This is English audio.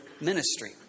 ministry